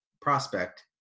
prospect